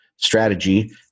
strategy